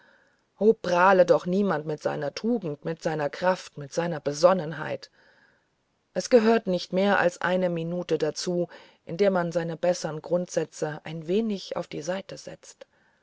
o prahle doch niemand mit seiner tugend mit seiner kraft mit seiner besonnenheit es gehört nicht mehr als eine minute dazu in der man seine bessern grundsätze ein wenig auf die seite stellt